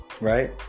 right